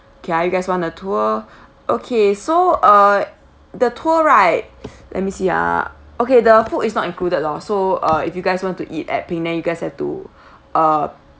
okay ah you guys want the tour okay so uh the tour right let me see ah okay the food is not included lor so uh if you guys want to eat at penang you guys have to uh